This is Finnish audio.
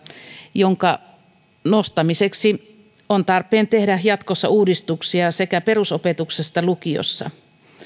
jonka nostamiseksi on tarpeen tehdä jatkossa uudistuksia sekä perusopetuksessa että lukiossa